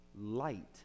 light